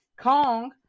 Kong